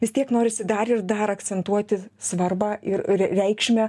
vis tiek norisi dar ir dar akcentuoti svarbą ir re reikšmę